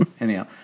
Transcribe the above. anyhow